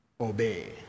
obey